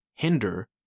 hinder